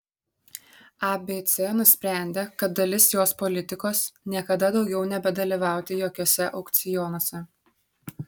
abc nusprendė kad dalis jos politikos niekada daugiau nebedalyvauti jokiuose aukcionuose